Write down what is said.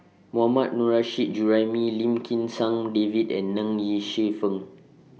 Mohammad Nurrasyid Juraimi Lim Kim San David and Ng Yi Sheng